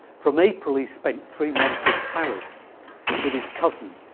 from april he spent three months in paris with his cousin,